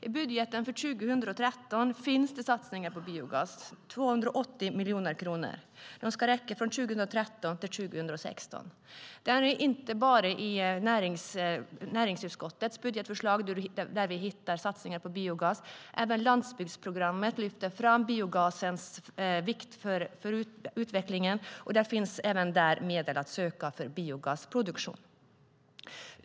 I budgeten för 2013 finns det satsningar på biogas - 280 miljoner kronor. De ska räcka från 2013 till 2016. Det är inte bara i näringsutskottets budgetförslag vi hittar satsningar på biogas; även landsbygdsprogrammet lyfter fram biogasens vikt för utvecklingen, och där finns också medel att söka för biogasproduktion.